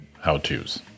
how-tos